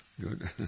Good